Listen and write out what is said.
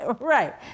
Right